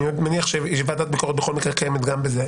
אני מניח שוועדת ביקורת בכל מקרה קיימת גם בזה,